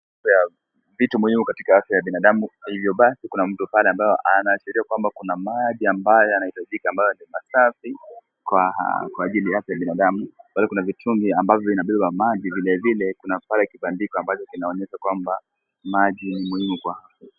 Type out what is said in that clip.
Vitu muhimu katika afya ya binadamu, kwa hivyo basi kuna mtu pale ambao, anaashiria kwamba kuna maji ambayo yanahitajika ambayo ni masafi, kwa ajili ya afya ya binadamu, kwa hivyo kuna mitungi ambayo inabeba maji, vile vile kuna pale kibandiko ambacho kinaonyesha kwamba maji ni muhimu kwa.